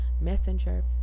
messenger